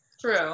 True